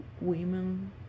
women